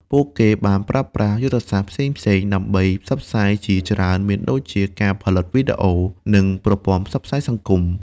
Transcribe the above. ពួកគេបានប្រើប្រាស់យុទ្ធសាស្ត្រផ្សេងៗដើម្បីផ្សព្វផ្សាយជាច្រើនមានដូចជាការផលិតវីដេអូ និងប្រព័ន្ធផ្សព្វផ្សាយសង្គម។